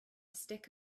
stick